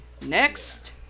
Next